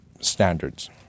standards